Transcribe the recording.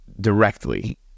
directly